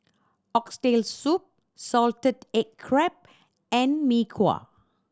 Oxtail Soup salted egg crab and Mee Kuah